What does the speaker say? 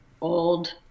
old